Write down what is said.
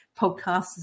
podcasts